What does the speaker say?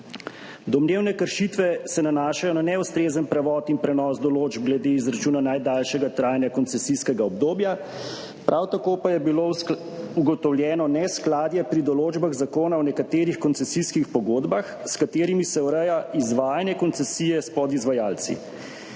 Domnevne kršitve se nanašajo na neustrezen prevod in prenos določb glede izračuna najdaljšega trajanja koncesijskega obdobja, prav tako pa je bilo ugotovljeno neskladje pri določbah Zakona o nekaterih koncesijskih pogodbah, s katerimi se ureja izvajanje koncesije s podizvajalci.